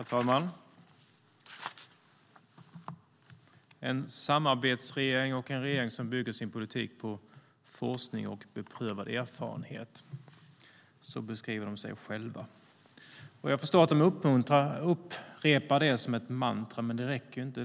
Herr talman! En samarbetsregering och en regering som bygger sin politik på forskning och beprövad erfarenhet - så beskriver regeringen sig själv. Jag förstår att man upprepar det som ett mantra, men det räcker inte.